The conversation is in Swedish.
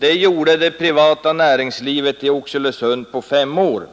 i Luleå, har det privata näringslivet gjort i Oxelösund på fem år.